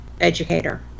educator